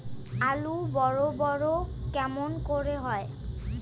আলু বড় বড় কেমন করে হয়?